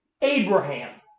Abraham